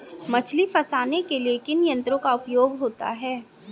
मछली फंसाने के लिए किन यंत्रों का उपयोग होता है?